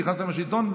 כי נכנסתם לשלטון.